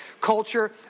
culture